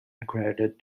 accredited